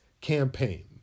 campaign